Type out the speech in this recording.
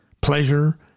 pleasure